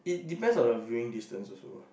it depends on the viewing distance also